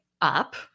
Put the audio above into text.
up